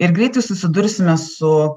ir greitai susidursime su